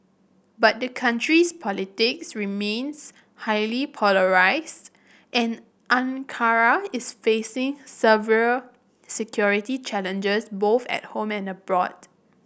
but the country's politics remains highly polarised and Ankara is facing severe security challenges both at home and abroad